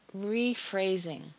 rephrasing